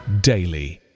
daily